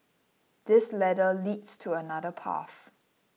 this ladder leads to another path